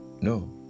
no